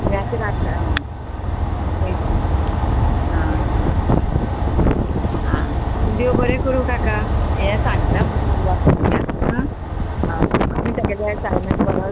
सगळ्यांचे राखता आं आं म्हणजे आनी देव बरें करूं काका हे सांगता चेडवाक म्हाज्या आं हय आनी तेगेले एसायमेंट बरो